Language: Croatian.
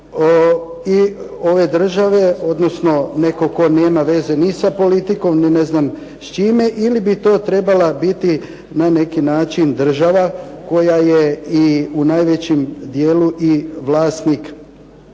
ove države, odnosno netko tko nema veze ni sa politikom ni ne znam s čime ili bi to trebala biti na neki način država koja je i u najvećem dijelu i vlasnik